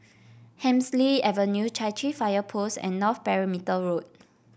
Hemsley Avenue Chai Chee Fire Post and North Perimeter Road